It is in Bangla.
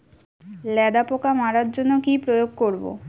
লেদা পোকা মারার জন্য কি প্রয়োগ করব?